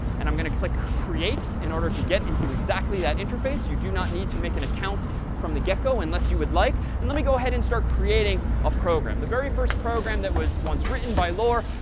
and i'm going to click create in order to get into exactly that interface. you do not need to make an account from the get go unless you would like. and let me go ahead and start creating a program. the very first program that was once written, by lore,